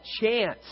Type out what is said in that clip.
chance